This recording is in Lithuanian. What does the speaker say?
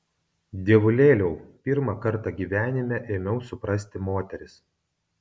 dievulėliau pirmą kartą gyvenime ėmiau suprasti moteris